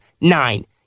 nine